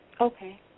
Okay